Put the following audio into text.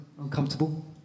uncomfortable